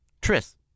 Tris